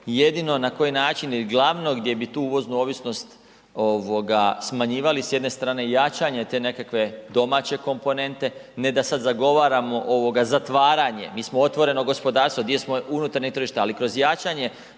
jedino na koji način ili glavno gdje bi tu uvoznu ovisnost smanjivali s jedne strane i jačanje te nekakve domaće komponente, ne da sada zagovaramo zatvaranje, mi smo otvoreno gospodarstvo, dio smo unutarnjeg tržišta ali kroz jačanje